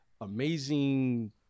amazing